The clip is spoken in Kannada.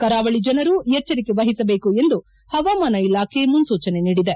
ಕೆರಾವಳಿ ಜನರು ಎಚ್ವರಿಕೆ ವಹಿಸಬೇಕು ಎಂದು ಹವಾಮಾನ ಇಲಾಖೆ ಮುನ್ಸೂಚನೆ ನೀಡಿದೆ